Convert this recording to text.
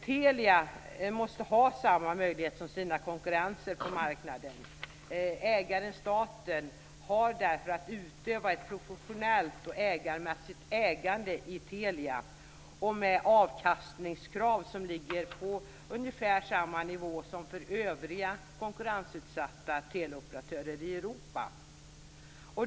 Telia måste ha samma möjlighet som sina konkurrenter på marknaden. Ägaren staten har därför att utöva ett professionellt och ägarmässigt ägande i Telia med avkastningskrav som ligger på ungefär samma nivå som för övriga konkurrensutsatta teleoperatörer i Europa.